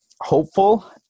hopeful